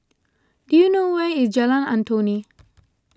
do you know where is Jalan Antoi